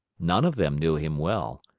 none of them knew him well.